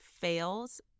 fails